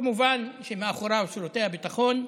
כמובן שמאחוריו שירותי הביטחון,